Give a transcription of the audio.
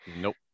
Nope